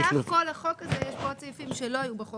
סך הכל בחוק הזה יש בו עוד סעיפים שלא היו בחוק